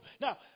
Now